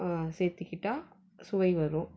சேர்த்திக்கிட்டா சுவை வரும்